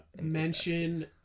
mention